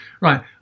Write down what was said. Right